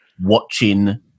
watching